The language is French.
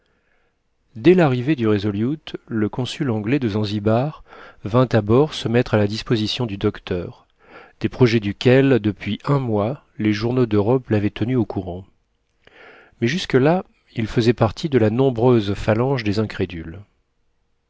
dès l'arrivée du resolute le consul anglais de zanzibar vint à bord se mettre à la disposition du docteur des projets duquel depuis un mois les journaux d'europe l'avaient tenu au courant mais jusque-là il faisait partie de la nombreuse phalange des incrédules